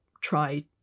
try